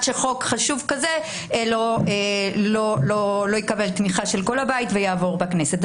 שחוק חשוב כזה לא יקבל תמיכה של כל הבית ויעבור בכנסת.